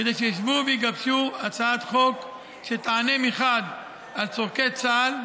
כדי שישבו ויגבשו הצעת חוק שתענה מחד גיסא על צורכי צה"ל,